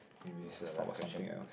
next for your last question